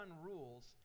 rules